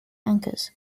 anchors